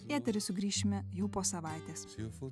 eterį sugrįšime jau po savaitės